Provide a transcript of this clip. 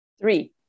Three